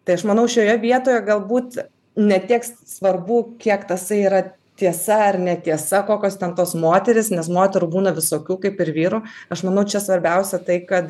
tai aš manau šioje vietoje galbūt ne tiek s svarbu kiek tasai yra tiesa ar netiesa kokios ten tos moterys nes moterų būna visokių kaip ir vyrų aš manau čia svarbiausia tai kad